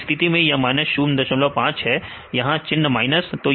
इस स्थिति में यह माइनस 05 है यहां चिन्ह माइनस है